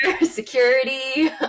security